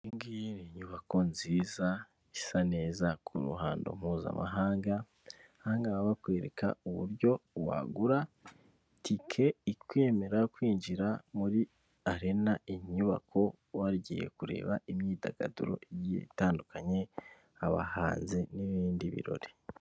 Iyi ngiyi ni inyubako nziza, isa neza ku ruhando mpuzamahangahangaba. Aha ngaha baba bakwereka uburyo wagura tike ikwemera kwinjira muri arena inyubako wagiye kureba imyidagaduro igiye, itandukanye abahanzi n'ibindi birori.